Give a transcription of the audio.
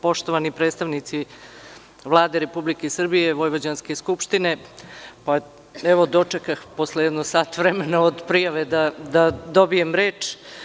Poštovani predstavnici Vlade Republike Srbije i vojvođanske Skupštine, evo dočekah, posle jedno sat vremena od prijave, da dobijem reč.